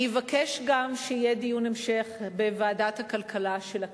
אני אבקש גם שיהיה דיון המשך בוועדת הכלכלה של הכנסת,